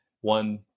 One